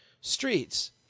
streets